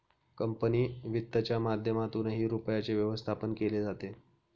company वित्तच्या माध्यमातूनही रुपयाचे व्यवस्थापन केले जाते